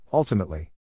Ultimately